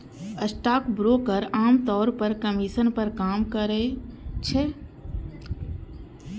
stockbroker आम तौर पर कमीशन पर काज करै छै